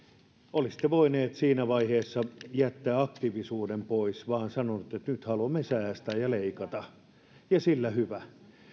olisitte voineet siinä vaiheessa jättää aktiivisuuden pois ja sanoa vain että nyt haluamme säästää ja leikata ja sillä hyvä